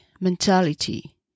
mentality